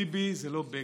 ביבי זה לא בגין,